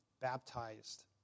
baptized